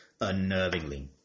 unnervingly